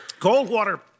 Goldwater